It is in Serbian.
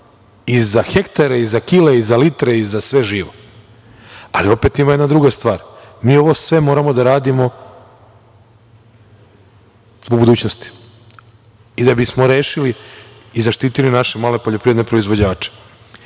i za hektare i za kile i za litre i za sve živo. Opet, ima jedna druga stvar. Mi ovo sve moramo da radimo zbog budućnosti i da bismo rešili i zaštitili naše male poljoprivredne proizvođače. Malopre